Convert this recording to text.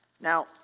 Now